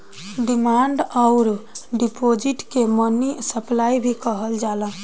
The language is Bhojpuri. डिमांड अउर डिपॉजिट के मनी सप्लाई भी कहल जाला